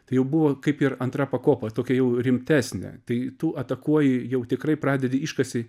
tai jau buvo kaip ir antra pakopa tokia jau rimtesnė tai tu atakuoji jau tikrai pradedi iškasi